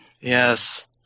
Yes